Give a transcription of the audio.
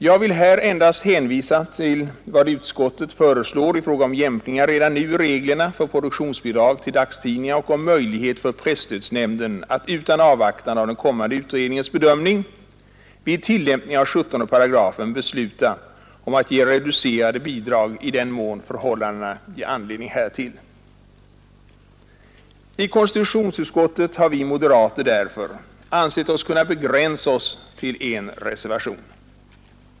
Jag vill här endast hänvisa till vad utskottet föreslår i fråga om jämkningar redan nu i reglerna för produktionsbidrag till dagstidningar och om möjlighet för presstödsnämnden att utan avvaktande av den kommande utredningens bedömning vid tillämpning av 17 § i presstödskungörelsen besluta om att ge reducerade bidrag i den mån förhållandena ger anledning härtill. I konstitutionsutskottet har vi moderater därför ansett oss kunna begränsa oss till en reservation.